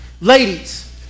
Ladies